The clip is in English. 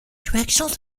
directional